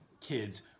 kids